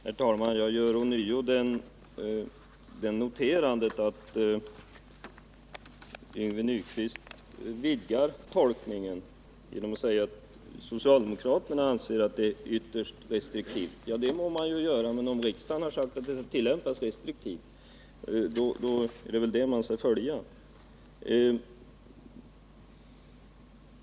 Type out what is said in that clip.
Herr talman! Jag noterar ånyo att Yngve Nyquist vidgar tolkningen genom att säga att socialdemokraterna anser att man är ytterst restriktiv i frågor som rör strandskyddet. Det må man tycka, men om riksdagen har sagt att man skall vara restriktiv, så skall man väl också vara det.